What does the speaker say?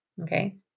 Okay